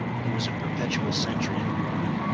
he was a perpetual sentry in the corner.